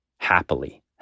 Happily